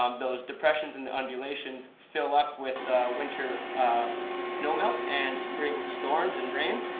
um those depressions and the undulations fill up with winter snow melt and spring storms and rain.